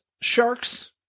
sharks